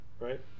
Right